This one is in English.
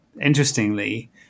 interestingly